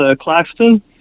Claxton